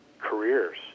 careers